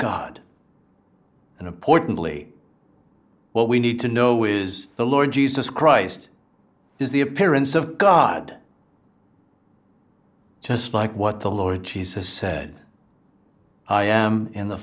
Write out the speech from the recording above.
god and importantly what we need to know is the lord jesus christ is the appearance of god just like what the lord jesus said i am in the